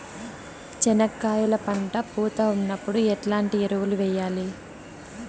చెనక్కాయలు పంట పూత ఉన్నప్పుడు ఎట్లాంటి ఎరువులు వేయలి?